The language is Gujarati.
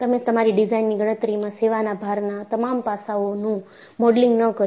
તમે તમારી ડિઝાઇનની ગણતરીમાં સેવાના ભારના તમામ પાસાઓનું મોડેલિંગ ન કર્યું